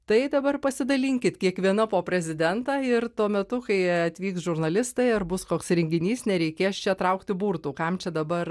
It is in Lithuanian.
tai dabar pasidalinkit kiekviena po prezidentą ir tuo metu kai atvyks žurnalistai ar bus koks renginys nereikės čia traukti burtų kam čia dabar